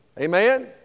Amen